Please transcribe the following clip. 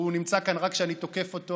שנמצא כאן רק כשאני תוקף אותו,